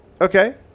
Okay